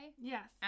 Yes